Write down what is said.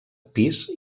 pis